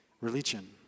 religion